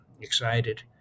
excited